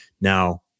Now